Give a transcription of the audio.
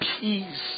peace